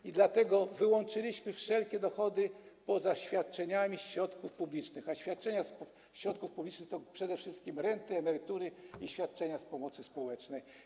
I dlatego wyłączyliśmy wszelkie dochody poza świadczeniami ze środków publicznych, a świadczenia ze środków publicznych to przede wszystkim renty, emerytury i świadczenia z pomocy społecznej.